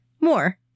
more